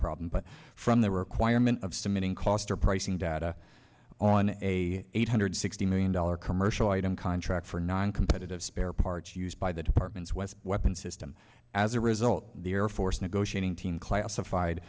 problem but from the requirement of submitting koester pricing data on a eight hundred sixty million dollars commercial item contract for noncompetitive spare parts used by the departments was weapon system as a result the air force negotiating team classified